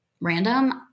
random